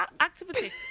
activity